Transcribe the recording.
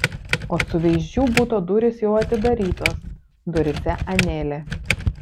o suveizdžių buto durys jau atidarytos duryse anelė